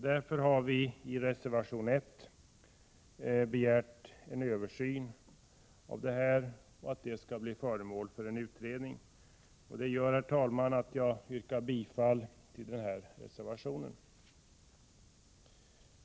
Därför begär vi i reservation 1 en översyn i detta sammanhang och att frågan skall bli föremål för utredning. Jag yrkar således bifall till den reservationen.